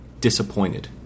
Disappointed